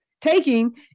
taking